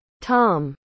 Tom